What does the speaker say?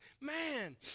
man